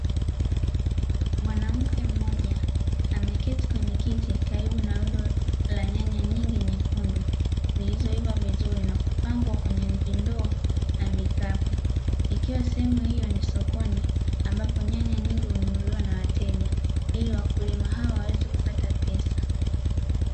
Mwanamke mmoja ameketi kwenye kiti karibu na rundo la nyanya nyingi nyekundu zilizoiva vizuri na kupangwa kwenye vindoo na vikapu, ikiwa sehemu hiyo ni sokoni, ambapo nyanya nyingi hununuliwa na wateja ili wakulima hawa waweze kupata pesa.